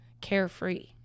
carefree